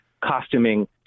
costuming